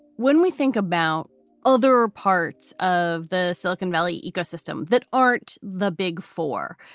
when we think about other parts of the silicon valley ecosystem that aren't the big four.